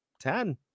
ten